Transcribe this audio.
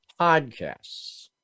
podcasts